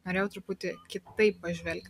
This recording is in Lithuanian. norėjau truputį kitaip pažvelgti